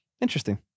Interesting